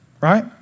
right